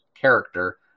character